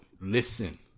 Listen